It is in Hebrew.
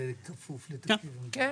כן.